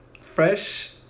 fresh